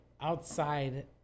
outside